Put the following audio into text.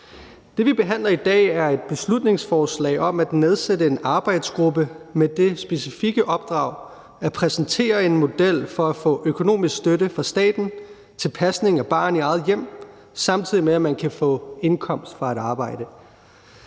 vi behandler i dag, er et forslag om at nedsætte en arbejdsgruppe med det specifikke opdrag at præsentere en model for at få økonomisk støtte fra staten til pasning af barn i eget hjem, samtidig med at man kan få indkomst fra et arbejde.